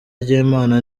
ry’imana